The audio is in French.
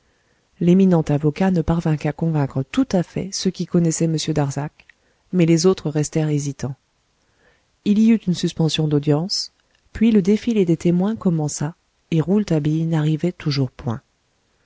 l'éminent avocat ne parvint qu'à convaincre tout à fait ceux qui connaissaient m darzac mais les autres restèrent hésitants il y eut une suspension d'audience puis le défilé des témoins commença et rouletabille n'arrivait toujours point